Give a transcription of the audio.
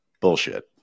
bullshit